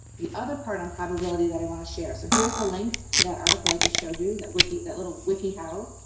the other part on probability that i want to share. so, here's the link to that article i just showed you. that wiki, that little wikihow.